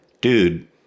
dude